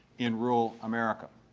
in rural america.